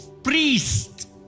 Priest